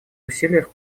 усилиях